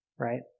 Right